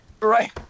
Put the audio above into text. Right